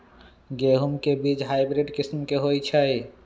गेंहू के बीज हाइब्रिड किस्म के होई छई?